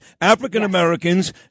African-Americans